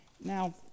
now